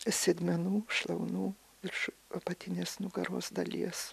sėdmenų šlaunų virš apatinės nugaros dalies